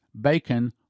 bacon